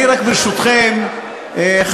ברשותכם,